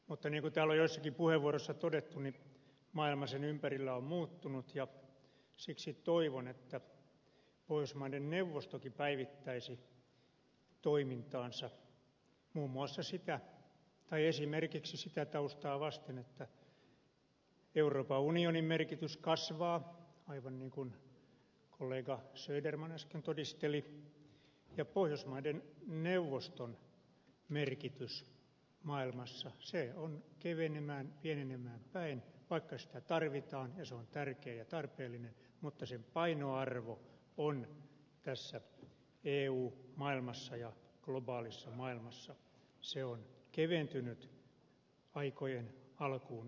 mutta niin kuin täällä on joissakin puheenvuoroissa todettu maailma sen ympärillä on muuttunut ja siksi toivon että pohjoismaiden neuvostokin päivittäisi toimintaansa esimerkiksi sitä taustaa vasten että euroopan unionin merkitys kasvaa aivan niin kuin kollega söderman äsken todisteli ja pohjoismaiden neuvoston merkitys maailmassa on kevenemään pienenemään päin vaikka sitä tarvitaan ja se on tärkeä ja tarpeellinen mutta sen painoarvo on tässä eu maailmassa ja globaalissa maailmassa keventynyt aikojen alkuun verrattuna